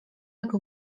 jak